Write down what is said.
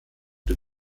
den